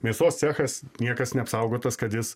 mėsos cechas niekas neapsaugotas kad jis